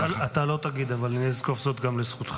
אתה לא תגיד, אבל אני אזקוף זאת גם לזכותך.